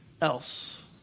else